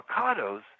avocados